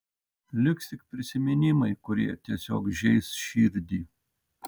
liks tik prisiminimai kurie tiesiog žeis širdį